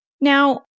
Now